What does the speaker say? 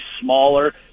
smaller